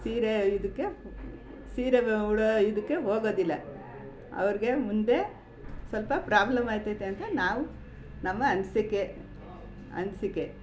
ಸೀರೆ ಇದಕ್ಕೆ ಸೀರೆ ಉಡೋ ಇದಕ್ಕೆ ಹೋಗೋದಿಲ್ಲ ಅವ್ರಿಗೆ ಮುಂದೆ ಸ್ವಲ್ಪ ಪ್ರಾಬ್ಲಮ್ ಆಯ್ತೈತೆ ಅಂತ ನಾವು ನಮ್ಮ ಅನಿಸಿಕೆ ಅನಿಸಿಕೆ